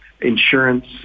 insurance